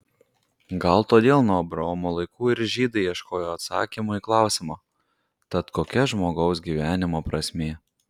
gal todėl nuo abraomo laikų ir žydai ieškojo atsakymų į klausimą tad kokia žmogaus gyvenimo prasmė